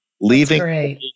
Leaving